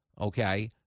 okay